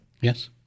Yes